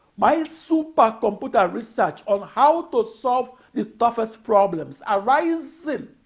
my supercomputer research on how to solve the toughest problems arising